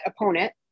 opponent